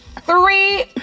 Three